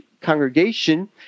congregation